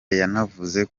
yanavuze